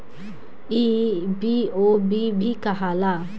ई बी.ओ.बी भी कहाला